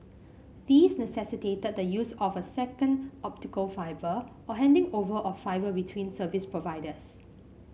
these necessitated the use of a second optical fibre or handing over of fibre between service providers